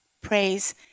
praise